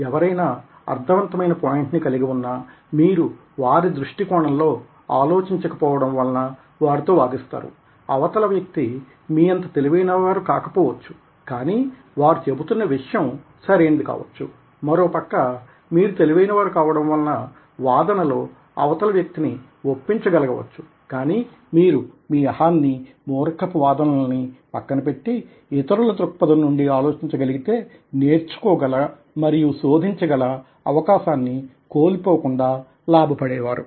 ఎవరైనా అర్థవంతమైన పాయింట్ ని కలిగి ఉన్నా మీరు వారి దృష్టికోణంలో ఆలోచించక పోవడం వలన వారితో వాదిస్తారు అవతల వ్యక్తి మీ అంత తెలివైన వారు కాకపోవచ్చు కానీ వారు చెబుతున్న విషయం సరైనది కావచ్చు మరోపక్క మీరు తెలివైన వారు కావడం వలన వాదన లో అవతలి వ్యక్తి ని ఒప్పించగలగవచ్చు కానీ మీరు మీ అహాన్నీ మూర్ఖపు వాదనలనీ పక్కన పెట్టి ఇతరుల దృక్పథం నుండి ఆలోచించగలిగితే నేర్చుకోగల మరియు శోధించగల అవకాశాన్ని కోల్పోకుండా లాభపడేవారు